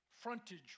frontage